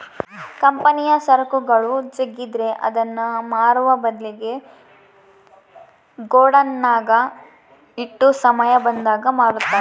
ಕಂಪನಿಯ ಸರಕುಗಳು ಜಗ್ಗಿದ್ರೆ ಅದನ್ನ ಮಾರುವ ಬದ್ಲಿಗೆ ಗೋಡೌನ್ನಗ ಇಟ್ಟು ಸಮಯ ಬಂದಾಗ ಮಾರುತ್ತಾರೆ